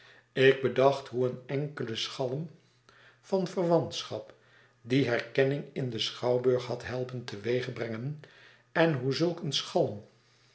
ik bedacht hoe een enkele schalm van verwantschap die herkenning in den schouwburg had helpen teweegbrengen en hoe zulk een schalm